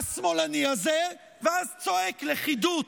השמאלני הזה, ואז צועק: לכידות.